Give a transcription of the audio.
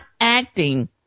acting